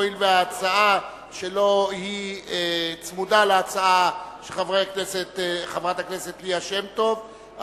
הואיל וההצעה שלו צמודה להצעה של חברת הכנסת ליה שמטוב,